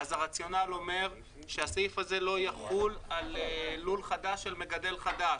אז הרציונל אומר שהסעיף הזה לא יחול על לול חדש של מגדל חדש,